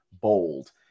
bold